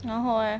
然后 eh